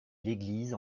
l’église